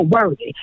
worthy